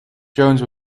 jones